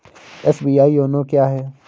SBI YONO क्या है?